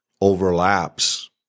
overlaps